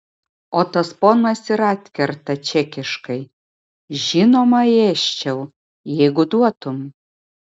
o tas ponas ir atkerta čekiškai žinoma ėsčiau jeigu duotum